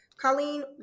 Colleen